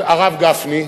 הרב גפני?